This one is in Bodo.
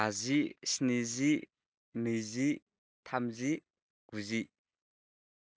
बाजि स्निजि नैजि थामजि गुजि